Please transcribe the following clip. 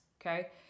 Okay